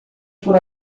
por